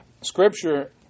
Scripture